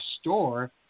store